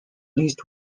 least